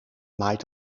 maait